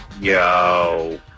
Yo